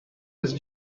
his